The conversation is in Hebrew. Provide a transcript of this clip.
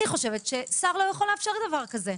אני חושבת ששר לא יכול לאפשר דבר כזה.